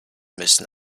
müssen